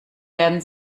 werden